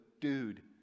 Dude